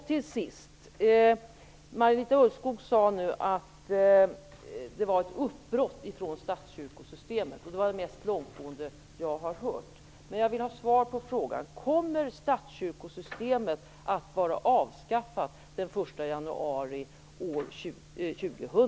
Till sist: Marita Ulvskog sade att det var ett uppbrott från statskyrkosystemet. Det var det mest långtgående jag har hört. Jag vill ha svar på frågan: Kommer statskyrkosystemet att vara avskaffat den 1 januari 2000?